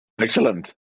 Excellent